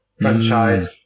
franchise